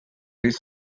his